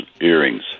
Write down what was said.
earrings